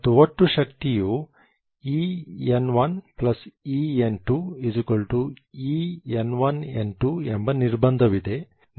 ಮತ್ತು ಒಟ್ಟು ಶಕ್ತಿಯು En1En2En1n2 ಎಂಬ ನಿರ್ಬಂಧವಿದೆ